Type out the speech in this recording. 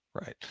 right